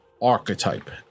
archetype